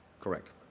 Correct